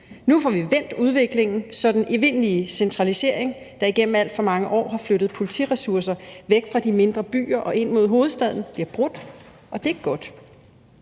Nu får vi vendt udviklingen, så den evindelige centralisering, der igennem alt for mange år har flyttet politiressourcer væk fra de mindre byer og ind mod hovedstaden, bliver brudt, og det er godt.